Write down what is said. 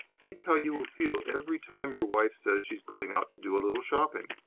think how you will feel every time your wife says she is going out to do a little shopping!